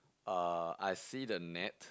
uh I see the net